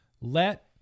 let